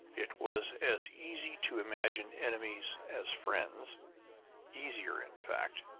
it was as easy to imagine enemies as friends easier in fact.